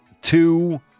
two